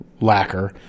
lacquer